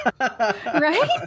Right